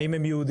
האם הם יהודים,